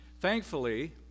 Thankfully